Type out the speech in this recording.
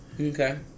Okay